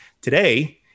Today